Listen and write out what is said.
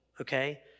okay